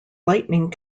lightning